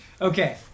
Okay